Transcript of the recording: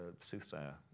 soothsayer